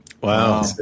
Wow